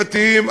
דתיים,